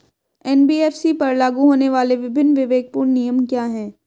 NBFC पर लागू होने वाले विभिन्न विवेकपूर्ण नियम क्या हैं?